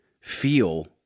feel